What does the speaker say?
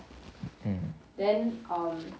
mm